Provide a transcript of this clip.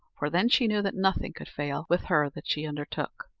for then she knew that nothing could fail with her that she undertook.